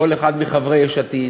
כל אחד מחברי יש עתיד.